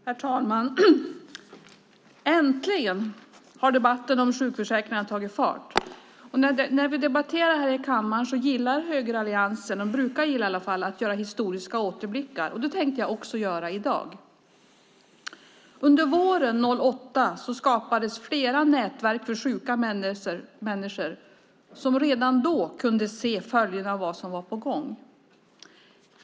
Herr talman! Äntligen har debatten om sjukförsäkringen tagit fart. När vi debatterar här i kammaren brukar högeralliansen gilla att göra historiska återblickar. Det tänkte jag göra i dag. Under våren 2008 skapades det flera nätverk för sjuka människor som redan då kunde se följderna av vad som var på gång.